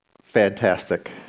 fantastic